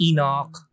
Enoch